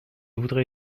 voudrais